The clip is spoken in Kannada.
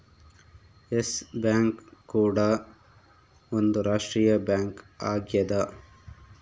ಎಸ್ ಬ್ಯಾಂಕ್ ಕೂಡ ಒಂದ್ ರಾಷ್ಟ್ರೀಯ ಬ್ಯಾಂಕ್ ಆಗ್ಯದ